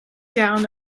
down